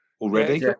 already